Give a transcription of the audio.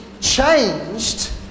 changed